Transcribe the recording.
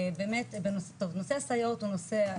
נושא הסייעות הוא נושא,